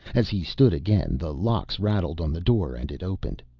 as he stood again the locks rattled on the door and it opened.